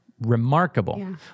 remarkable